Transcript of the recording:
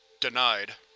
denied.